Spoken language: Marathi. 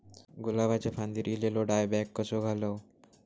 गुलाबाच्या फांदिर एलेलो डायबॅक कसो घालवं?